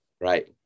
Right